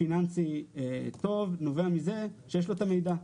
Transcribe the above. פיננסי טוב נובע מזה שיש לו את המידע.